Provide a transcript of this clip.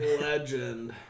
Legend